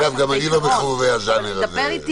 אגב, גם אני לא מחובבי הז'אנר הזה.